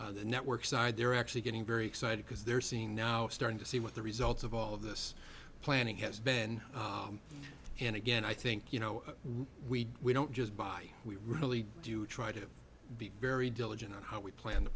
network side they're actually getting very excited because they're seeing now starting to see what the results of all of this planning has been and again i think you know we we don't just buy we really do try to be very diligent on how we plan t